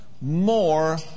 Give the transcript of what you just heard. more